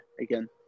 again